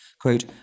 quote